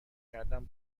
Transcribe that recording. کردم